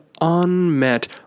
unmet